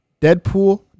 Deadpool